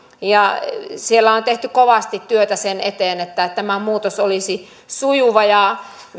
siellä on tehty kovasti työtä sen eteen että tämä muutos olisi sujuva ja